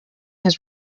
his